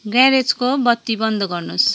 ग्यारेजको बत्ती बन्द गर्नुहोस्